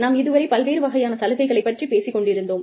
நாம் இதுவரை பல்வேறு வகையான சலுகைகளைப் பற்றி பேசிக் கொண்டிருந்தோம்